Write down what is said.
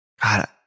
God